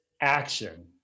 action